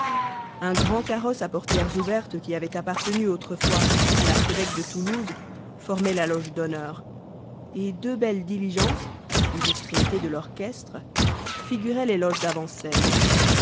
un grand carrosse à portières ouvertes qui avait appartenu autrefois à l'archevêque de toulouse formait la loge d'honneur et deux belles diligences aux extrémités de l'orchestre figuraient les loges